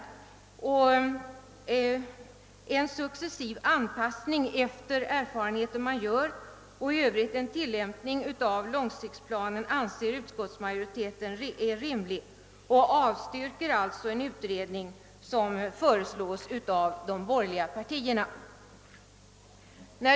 Utskottsmajoriteten anser det rimligt att göra en successiv anpassning efter erfarenheter som man vinner och i övrigt tillämpa långsiktsplanerna. Den avstyrker alltså den utredning som föreslås av de borgerliga partierna.